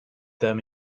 them